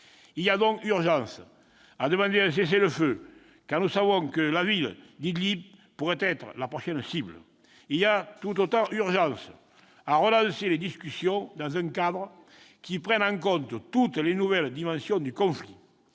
Il y a donc urgence à demander un cessez-le-feu, car nous savons que la ville d'Idlib pourrait être la prochaine cible. Il y a tout autant urgence à relancer les discussions dans un cadre qui prenne en compte toutes les nouvelles dimensions du conflit.